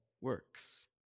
works